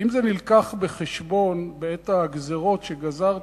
האם זה הובא בחשבון בעת הגזירות שגזרתם,